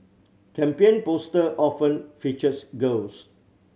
campaign poster often featured girls